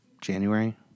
January